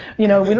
you know,